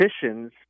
politicians